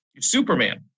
Superman